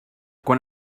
quan